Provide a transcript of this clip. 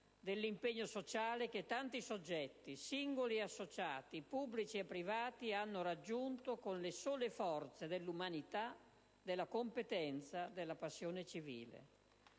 dell'impegno sociale che tanti soggetti, singoli e associati, pubblici e privati, hanno raggiunto con le sole forze dell'umanità, della competenza, della passione civile.